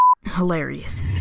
hilarious